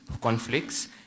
conflicts